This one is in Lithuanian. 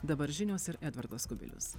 dabar žinios ir edvardas kubilius